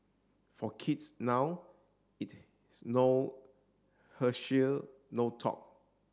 for kids now it no Herschel no talk